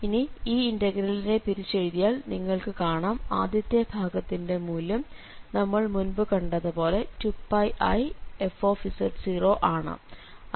ഇനി ഈ ഇന്റഗ്രലിനെ പിരിച്ചെഴുത്തിയാൽ നിങ്ങൾക്ക് കാണാം ആദ്യത്തെ ഭാഗത്തിന്റെ മൂല്യം നമ്മൾ മുൻപ് കണ്ടതുപോലെ 2πif ആണ്